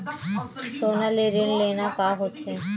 सोना ले ऋण लेना का होथे?